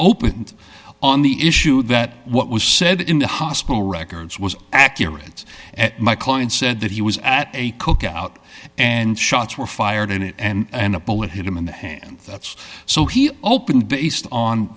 opened on the issue that what was said in the hospital records was accurate and my client said that he was at a cookout and shots were fired in it and a bullet hit him in the hand that's so he opened based on